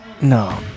No